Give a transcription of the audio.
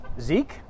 Zeke